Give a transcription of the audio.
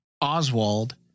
Oswald